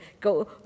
go